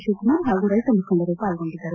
ಶಿವಕುಮಾರ್ ಹಾಗೂ ರೈತ ಮುಖಂಡರು ಪಾಲ್ಗೊಂಡಿದ್ದರು